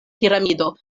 piramido